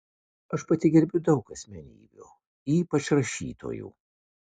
aš pati gerbiu daug asmenybių ypač rašytojų